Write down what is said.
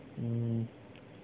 hmm